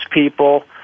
people